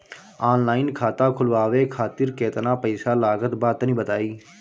Online खाता खूलवावे खातिर केतना पईसा लागत बा तनि बताईं?